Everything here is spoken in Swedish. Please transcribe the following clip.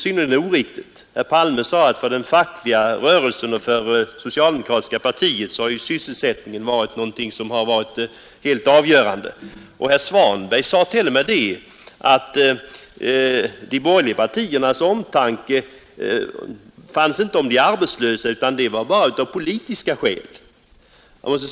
Herr Palme sade, att för den fackliga rörelsen och för det socialdemokratiska partiet har sysselsättningen varit någonting helt avgörande. Herr Svanberg sade t.o.m. att de borgerliga partierna inte hade någon omtanke om de arbetslösa, utan att deras förslag bara hade politiska skäl.